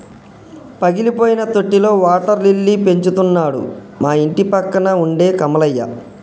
పగిలిపోయిన తొట్టిలో water lily పెంచుతున్నాడు మా ఇంటిపక్కన ఉండే కమలయ్య